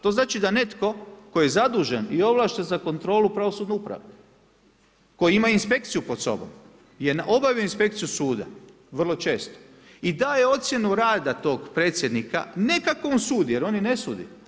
To znači da netko tko je zadužen i ovlašten kontrolu pravosudne uprave, koji ima inspekciju pod sobom, je na obavljenu inspekciju suda, vrlo često i daje ocjenu rada tog predsjednika, nekakvom sudu, jer oni ne sudi.